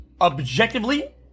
objectively